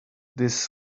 this